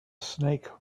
snake